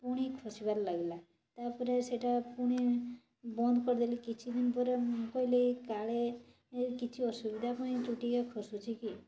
ପୁଣି ଖସିବାରେ ଲାଗିଲା ତା'ପରେ ସେଇଟା ପୁଣି ବନ୍ଦ କରିଦେଲି କିଛିଦିନ ପରେ ମୁଁ କହିଲି କାଳେ କିଛି ଅସୁବିଧା ପାଇଁ ଚୁଟି ଆଉ ଖସୁଛି କି